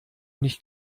nicht